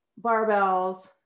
barbells